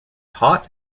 hot